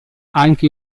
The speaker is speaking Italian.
anche